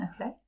Okay